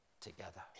together